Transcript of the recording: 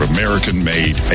American-made